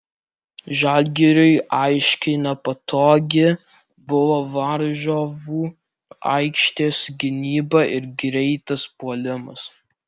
žalgiriui aiškiai nepatogi buvo varžovų aikštės gynyba ir greitas puolimas